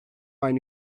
aynı